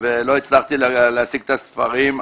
ולא הצלחתי להשיג את הספרים.